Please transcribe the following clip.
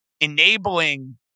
Enabling